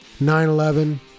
9-11